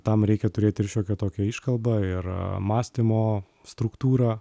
tam reikia turėti ir šiokią tokią iškalbą ir mąstymo struktūrą